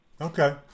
okay